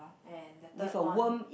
and the third one